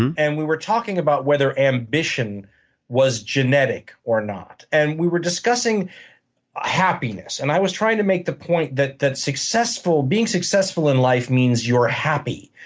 and and we were talking about whether ambition was genetic or not. and we were discussing ah happiness. and i was trying to make the point that that being successful in life means you're happy,